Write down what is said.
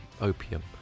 opium